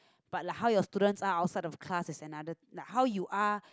but like how your students are outside of class is another like how you are